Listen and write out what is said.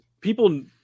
people